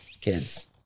kids